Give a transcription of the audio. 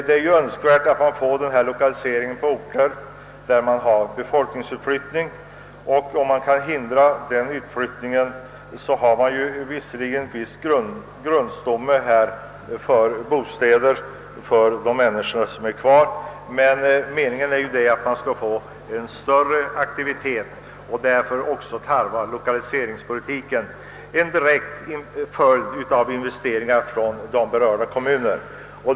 Det är önskvärt att få till stånd 1okaliseringar till orter med befolkningsutflyttning. Om man kan stoppa denna utflyttning har man ett visst bostadsunderlag för de människor som stannar kvar, men det är också meningen att det skall skapas en större aktivitet på dessa orter, och därför kräver lokaliseringspolitiken en direkt uppföljning genom investeringar från de berörda kommunerna.